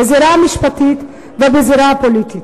בזירה המשפטית ובזירה הפוליטית.